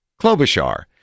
Klobuchar